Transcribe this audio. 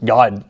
God